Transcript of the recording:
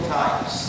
times